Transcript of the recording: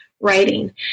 writing